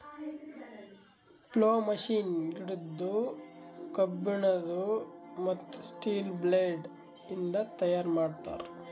plough machine ಗಿಡದ್ದು, ಕಬ್ಬಿಣದು, ಮತ್ತ್ ಸ್ಟೀಲ ಬ್ಲೇಡ್ ಇಂದ ತೈಯಾರ್ ಮಾಡ್ತರ್